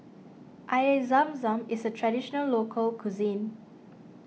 Air Zam Zam is a Traditional Local Cuisine